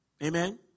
Amen